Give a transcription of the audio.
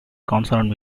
consonant